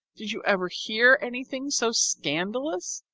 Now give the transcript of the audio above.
did you ever hear anything so scandalous?